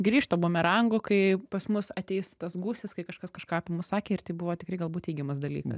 grįžta bumerangu kai pas mus ateis tas gūsis kažkas kažką apie mus sakė ir tai buvo tikrai galbūt teigiamas dalykas